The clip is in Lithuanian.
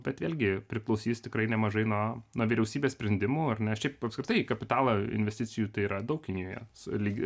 bet vėlgi priklausys tikrai nemažai nuo nuo vyriausybės sprendimų ar ne šiaip apskritai kapitalo investicijų tai yra daug kinijoje lyg